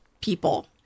people